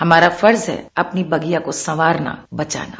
हमारा फर्ज है अपनी बगिया को संवारना बचाना